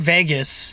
Vegas